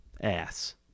Ass